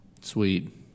Sweet